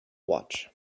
watch